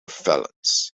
felons